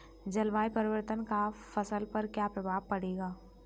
जलवायु परिवर्तन का फसल पर क्या प्रभाव पड़ेगा?